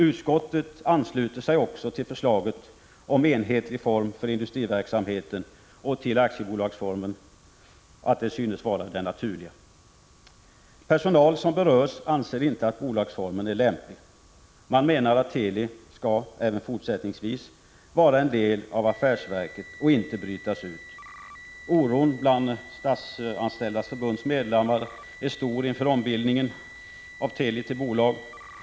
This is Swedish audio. Utskottet ansluter sig också till förslaget om enhetlig form för industriverksamheten och att aktiebolagsformen synes vara den naturliga. Personal som berörs anser inte att bolagsformen är lämplig. Man menar att Teli skall — även fortsättningsvis — vara en del av affärsverket och inte brytas ut. Oron bland Statsanställdas förbunds medlemmar är stor inför ombildandet av Teli till bolag.